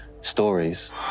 stories